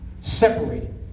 separated